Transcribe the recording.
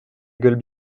gueule